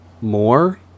more